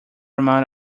amount